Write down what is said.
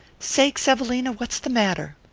sakes, evelina! what's the matter?